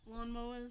lawnmowers